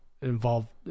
involved